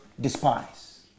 despise